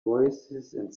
voicesand